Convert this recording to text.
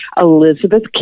Elizabeth